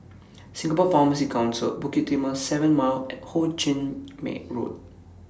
Singapore Pharmacy Council Bukit Timah seven Mile and Ho Ching Road